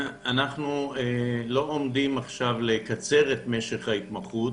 אנחנו לא עומדים לקצר את משך ההתמחות.